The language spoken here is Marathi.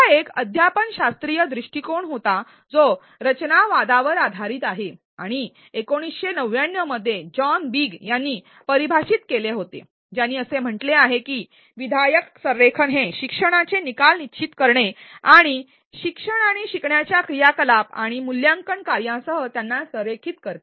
हा एक अध्यापनशास्त्रीय दृष्टीकोन होता जो रचनावादावर आधारित आहे आणि १९९९ मध्ये जॉन बिग यांनी परिभाषित केले होते ज्यांनी असे म्हटले आहे की विधायक संरेखन हे शिक्षणाचे निकाल निश्चित करणे आणि शिक्षण आणि शिकण्याच्या क्रियाकलाप आणि मूल्यांकन कार्यांसह त्यांना संरेखित करते